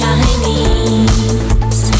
Chinese